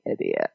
idiot